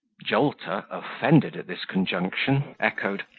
joker, offended at this conjunction, echoed,